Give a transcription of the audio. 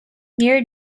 near